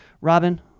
robin